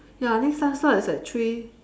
ya next time slot is at three